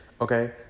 Okay